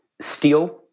steel